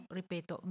ripeto